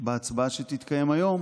בהצבעה שתתקיים היום